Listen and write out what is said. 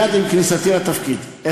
מייד עם כניסתי לתפקיד,